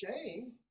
shame